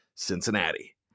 Cincinnati